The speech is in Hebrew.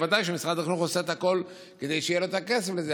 בוודאי שמשרד החינוך עושה את הכול כדי שיהיה את הכסף הזה,